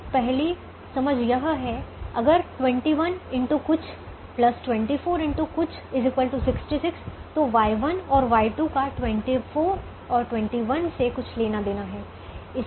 तो पहली समझ यह है अगर 21 x कुछ 24 x कुछ 66 तो इस Y1 और Y2 का 21 और 24 से कुछ लेना देना है